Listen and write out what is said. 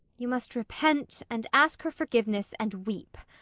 you must repent, and ask her forgiveness, and weep.